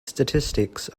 statistics